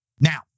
now